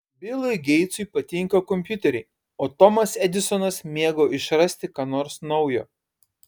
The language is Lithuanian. bilui geitsui patinka kompiuteriai o tomas edisonas mėgo išrasti ką nors naujo